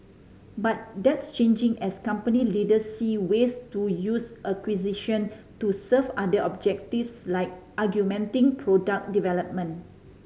but that's changing as company leaders see ways to use acquisition to serve other objectives like augmenting product development